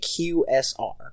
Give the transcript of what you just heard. QSR